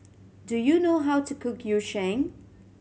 do you know how to cook Yu Sheng